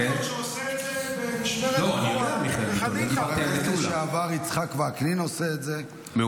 --- שעושה את זה --- חבר הכנסת לשעבר יצחק וקנין עושה את זה בשלומי.